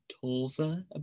Tulsa